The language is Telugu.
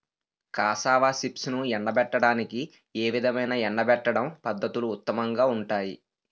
కాసావా చిప్స్ను ఎండబెట్టడానికి ఏ విధమైన ఎండబెట్టడం పద్ధతులు ఉత్తమంగా ఉంటాయి?